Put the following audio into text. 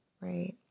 right